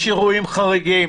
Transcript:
יש אירועים חריגים,